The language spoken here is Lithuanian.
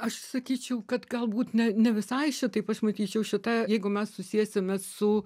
aš sakyčiau kad galbūt ne ne visai šitaip aš matyčiau šitą jeigu mes susiesime su